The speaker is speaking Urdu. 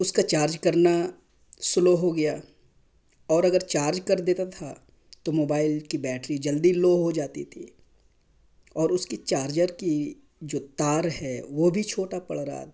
اس کا چارج کرنا سلو ہو گیا اور اگر چارج کر دیتا تھا تو موبائل کی بیٹری جلدی لو ہو جاتی تھی اور اس کی چارجر کی جو تار ہے وہ بھی چھوٹا پڑ رہا تھا